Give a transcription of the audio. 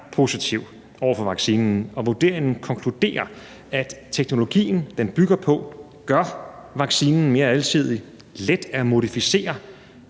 positiv over for vaccinen, og vurderingen konkluderer, at teknologien, den bygger på, gør vaccinen mere alsidig, let at modificere